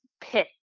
pit